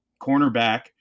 cornerback